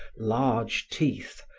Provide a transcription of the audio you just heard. large teeth,